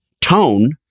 tone